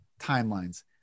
timelines